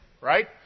Right